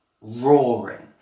roaring